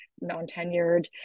non-tenured